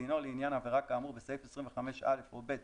דינו לעניין עבירה כאמור בסעיף 25(א) או (ב)